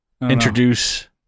introduce